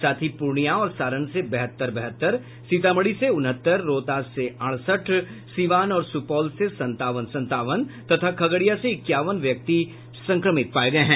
साथ ही पूर्णिया और सारण से बहत्तर बहत्तर सीतामढ़ी से उनहत्तर रोहतास से अड़सठ सीवान और सुपौल से संतावन संतावन तथा खगड़िया से इक्यावन व्यक्ति संक्रमित पाए गए हैं